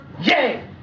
yay